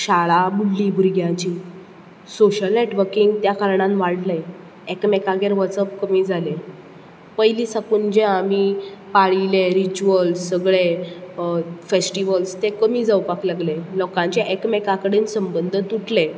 शाळा बुडली भुरग्याची सोशल नेटवकींग त्या कारणान वाडलें एकमेकागेर वचप कमी जालें पयली साकून जे आमी पाळिले रिच्यूअल्स सगले फेस्टीवल्स ते कमी जावपाक लागले लोकांचे एकामेका कडेन संबंध तुटले